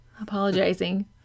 Apologizing